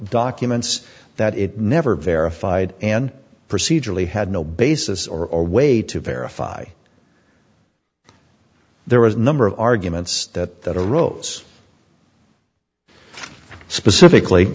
documents that it never verified and procedurally had no basis or way to verify there was number of arguments that that arose specifically